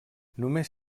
només